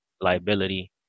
liability